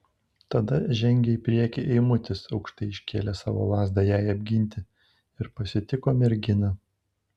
tada žengė į priekį eimutis aukštai iškėlęs savo lazdą jai apginti ir pasitiko merginą